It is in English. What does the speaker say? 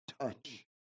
touch